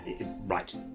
Right